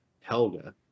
Helga